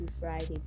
Friday